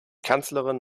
kanzlerin